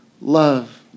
love